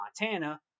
Montana